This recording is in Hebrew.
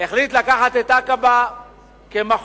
החליט לקחת את עקבה כמחוז